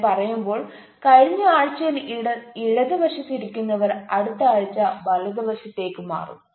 ഞാൻ പറയുമ്പോൾ കഴിഞ്ഞ ആഴ്ചയിൽ ഇടത് വശത്തു ഇരിക്കുന്നവർ അടുത്ത ആഴ്ച വലതുവശത്തേക്ക് മാറും